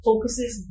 Focuses